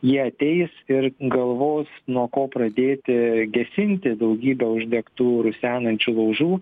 jie ateis ir galvos nuo ko pradėti gesinti daugybę uždegtų rusenančių laužų